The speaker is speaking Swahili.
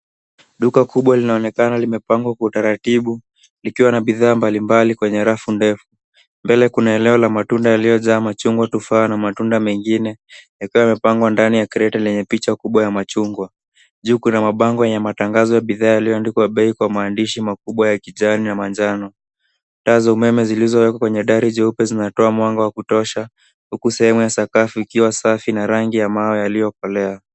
Duka kubwa linaonekana limepangwa kwa utaratibu likiwa na bidhaa mbalimbali kwenye rafu ndefu. Mbele kuna eno la matunda lililojaa matofa na matunda mengine yakiwa yamepangwa ndani ya kreti lenye picha kubwa ya machungwa. Juu kuna mabango yenye matangazo ya bidhaa yaliyoandikwa bei kwa maandishi makubwa ya kijani na manjano. Taa za umeme zilizowekwa kwenye dari jeupe zinatoa mwanga wa kutosha huku sehemu ya sakafu ikiwa safi na rangi ya mawe yaliyokolea.